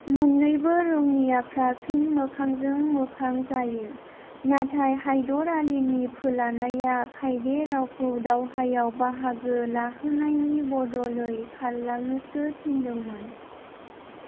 मोननैबो रौनियाफ्रा फिन मोखांजों मोखां जायो नाथाय हाइदर आलीनि फोलानाया खाइदे रावखौ दावहायाव बाहागो लाहोनायनि बदलै खारलांनोसो थिनदोंमोन